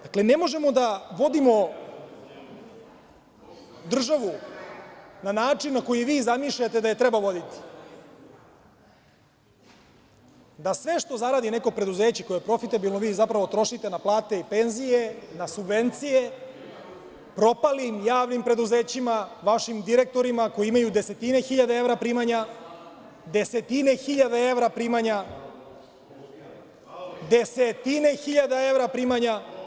Dakle, ne možemo da vodimo državu na način na koji vi zamišljate da je treba voditi, da sve što zaradi neko preduzeće koje je profitabilno vi zapravo trošite na plate i penzije, na subvencije propalim javnim preduzećima, vašim direktorima koji imaju desetine hiljada evra primanja, desetine hiljada evra primanja … (Aleksandar Martinović: Ko?) Desetine hiljada evra primanja!